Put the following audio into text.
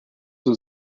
was